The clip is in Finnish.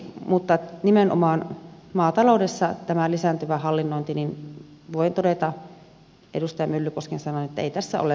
mutta tästä lisääntyvästä hallinnonnista nimenomaan maataloudessa voin todeta edustaja myllykosken sanoin että ei tässä ole